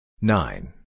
nine